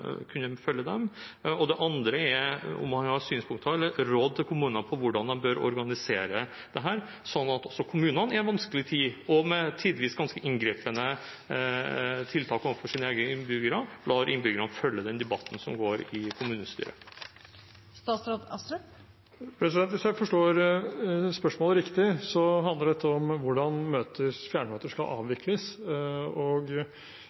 kunne følge dem? Det andre er om han har synspunkter på eller råd til kommunene om hvordan de bør organisere dette, sånn at også kommunene, i en vanskelig tid og med tidvis ganske inngripende tiltak overfor sine egne innbyggere, lar innbyggerne følge den debatten som går i kommunestyret? Hvis jeg forstår spørsmålet riktig, handler dette om hvordan fjernmøter skal avvikles. Det er i og